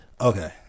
Okay